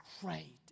great